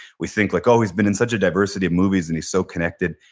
we think like, oh he's been in such a diversity of movies and he's so connected.